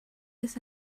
this